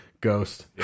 ghost